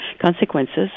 consequences